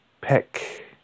pick